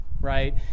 right